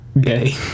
gay